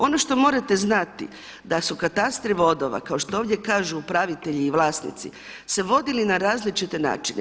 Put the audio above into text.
Ono što morate znati da su katastri vodova kao što ovdje kažu upravitelji i vlasnici, se vodili na različite načine.